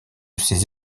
ses